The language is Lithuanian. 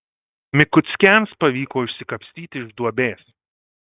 mikuckiams pavyko išsikapstyti iš duobės